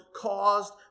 caused